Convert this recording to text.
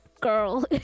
Girl